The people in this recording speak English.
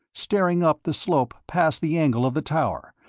staring up the slope past the angle of the tower,